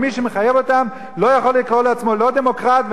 ומי שמחייב אותן לא יכול לקרוא לעצמו דמוקרט,